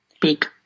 big